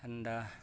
थान्दा